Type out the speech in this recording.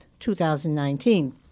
2019